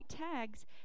Tags